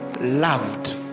loved